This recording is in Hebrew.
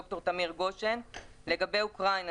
ד"ר תמיר גושן לגבי אוקראינה,